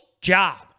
job